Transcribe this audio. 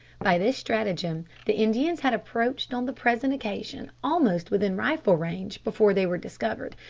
by this stratagem the indians had approached on the present occasion almost within rifle range before they were discovered,